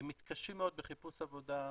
מתקשים מאוד בחיפוש עבודה,